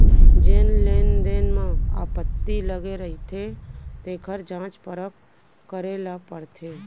जेन लेन देन म आपत्ति लगे रहिथे तेखर जांच परख करे ल परथे